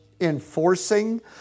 enforcing